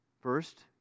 First